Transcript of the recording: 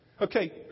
Okay